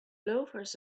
loafers